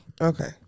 okay